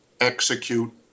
execute